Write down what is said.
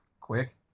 quick